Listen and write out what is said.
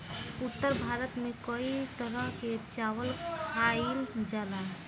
उत्तर भारत में कई तरह के चावल खाईल जाला